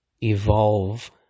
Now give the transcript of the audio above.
evolve